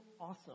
awesome